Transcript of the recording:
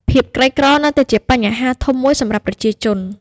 ភាពក្រីក្រនៅតែជាបញ្ហាធំមួយសម្រាប់ប្រជាជន។